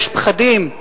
יש פחדים.